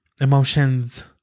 emotions